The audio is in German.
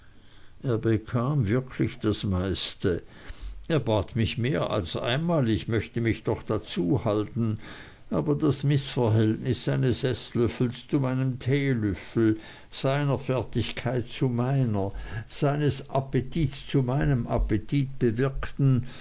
bekam wirklich das meiste er bat mich mehr als einmal ich möchte mich doch dazu halten aber das mißverhältnis seines eßlöffels zu meinem teelöffel seiner fertigkeit zu meiner seines appetits zu meinem appetit bewirkten